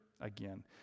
again